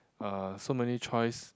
uh so many choice